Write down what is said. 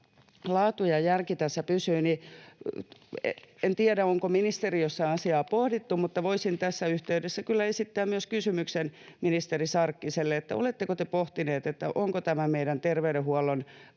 laatu ja järki tässä pysyvät, niin — en tiedä, onko ministeriössä asiaa pohdittu — voisin tässä yhteydessä kyllä esittää myös kysymyksen ministeri Sarkkiselle: oletteko te pohtinut, onko tämä meidän terveydenhuollon